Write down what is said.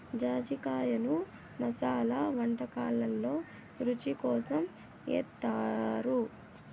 జాజికాయను మసాలా వంటకాలల్లో రుచి కోసం ఏస్తారు